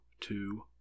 two